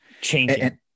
Changing